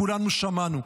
כולנו שמענו,